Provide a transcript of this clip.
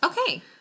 Okay